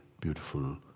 beautiful